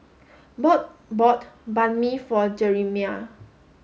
ball Bode bought Banh Mi for Jerimiah